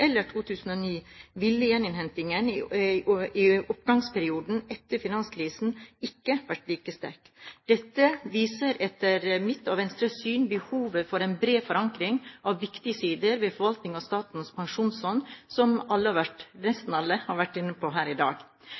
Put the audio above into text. eller 2009, ville gjeninnhentingen i oppgangsperioden etter finanskrisen ikke vært like sterk. Dette viser etter mitt og Venstres syn behovet for en bred forankring av viktige sider ved forvaltningen av Statens pensjonsfond, som nesten alle har vært inne på her i dag.